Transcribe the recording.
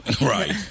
Right